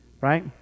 right